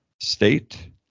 state